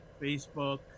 Facebook